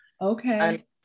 Okay